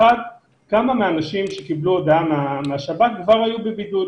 אחת כמה מאנשים שקיבלו הודעה מהשב"כ כבר היו בבידוד?